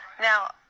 Now